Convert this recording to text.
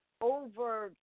over